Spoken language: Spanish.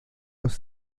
los